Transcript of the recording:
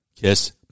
kiss